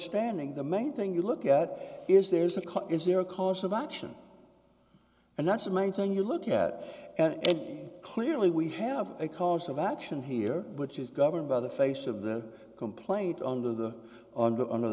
standing the main thing you look at is there's a call is there a cause of action and that's the main thing you look at and clearly we have a cause of action here which is governed by the face of the complaint under the under under